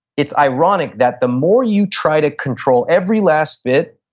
it's ironic that the more you try to control every last bit,